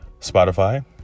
Spotify